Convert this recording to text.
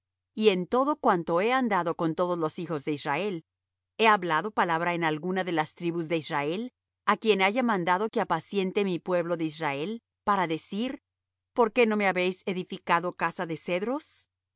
y en todo cuanto he andado con todos los hijos de israel he hablado palabra en alguna de las tribus de israel á quien haya mandado que apaciente mi pueblo de israel para decir por qué no me habéis edificado casa de cedros